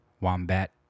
Wombat